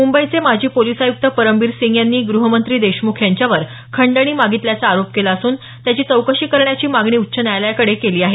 मुंबईचे माजी पोलिस आयुक्त परमबीर सिंग यांनी गृहमंत्री देशमुख यांच्यावर खंडणी मागितल्याचा आरोप केला असून त्यांची चौकशी करण्याची मागणी उच्च न्यायालयाकडे केली आहे